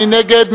מי נגד?